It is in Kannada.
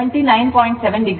95 angle 79